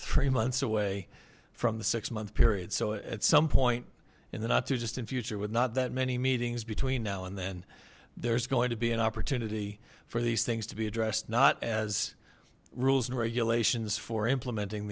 three months away from the six month period so at some point in the not too distant future with not that many meetings between now and then there's going to be an opportunity for these things to be addressed not as rules and regulations for implementing